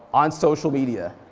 on social media.